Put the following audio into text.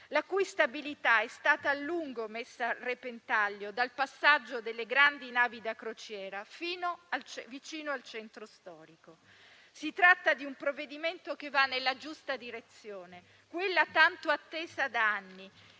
la cui stabilità è stata a lungo messa a repentaglio dal passaggio delle grandi navi da crociera vicino al centro storico. Si tratta di un provvedimento che va nella giusta direzione, quella tanto attesa da anni